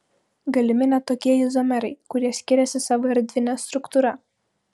galimi net tokie izomerai kurie skiriasi savo erdvine struktūra